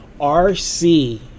RC